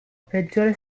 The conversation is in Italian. peggiore